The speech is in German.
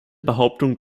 behauptung